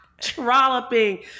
Trolloping